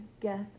guess